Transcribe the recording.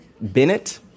Bennett